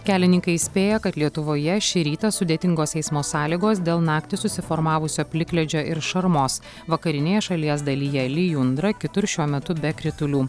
kelininkai įspėja kad lietuvoje šį rytą sudėtingos eismo sąlygos dėl naktį susiformavusio plikledžio ir šarmos vakarinėje šalies dalyje lijundra kitur šiuo metu be kritulių